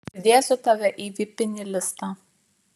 pridėsiu tave į vipinį listą